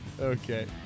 Okay